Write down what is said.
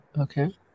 okay